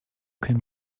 can